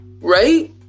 right